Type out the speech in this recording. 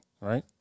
right